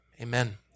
amen